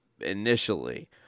initially